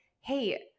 Hey